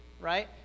right